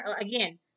again